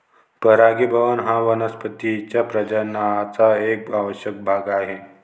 परागीभवन हा वनस्पतीं च्या प्रजननाचा एक आवश्यक भाग आहे